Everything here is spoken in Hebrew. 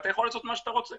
אתה יכול לעשות מה שאתה רוצה.